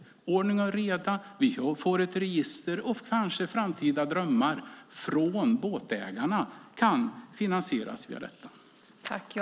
Det blir ordning och reda. Vi får ett register, och kanske kan båtägarnas drömmar i framtiden finansieras via detta.